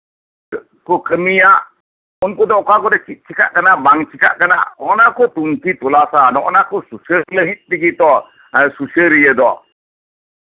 ᱠᱩ ᱠᱟᱹᱢᱤᱭᱟ ᱩᱱᱠᱩ ᱫᱚ ᱚᱠᱟ ᱠᱚᱨᱮᱜ ᱪᱮᱫ ᱠᱚ ᱪᱮᱠᱟᱜ ᱠᱟᱱᱟ ᱵᱟᱝ ᱪᱤᱠᱟᱜ ᱠᱟᱱᱟ ᱚᱱᱟ ᱠᱚ ᱛᱩᱱᱠᱷᱤ ᱛᱚᱞᱟᱥᱟ ᱚᱱᱟ ᱠᱚ ᱛᱩᱱᱠᱷᱤ ᱛᱚᱞᱟᱥ ᱞᱟᱹᱜᱤᱫ ᱛᱮᱜᱮ ᱛᱚ ᱥᱩᱥᱟᱹᱨᱤᱭᱟᱹ ᱫᱚ